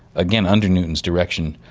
again under newton's direction,